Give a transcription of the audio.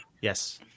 yes